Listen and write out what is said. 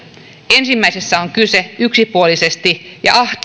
ensimmäisessä on kyse ahtaasta yksipuolisesti